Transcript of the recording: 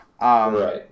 Right